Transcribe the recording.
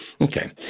okay